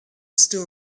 still